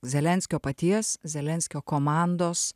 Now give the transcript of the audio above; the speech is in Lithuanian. zelenskio paties zelenskio komandos